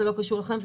זה לא קשור אליכם.